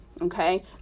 okay